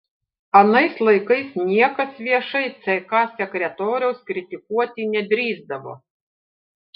anais laikais niekas viešai ck sekretoriaus kritikuoti nedrįsdavo